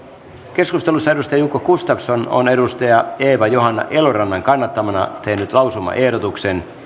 keskustelussa on jukka gustafsson eeva johanna elorannan kannattamana tehnyt lausumaehdotuksen